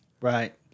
right